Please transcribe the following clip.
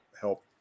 help